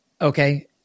Okay